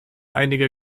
einige